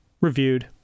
reviewed